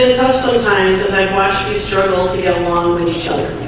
tough sometimes and i've watched you struggle to get along with each other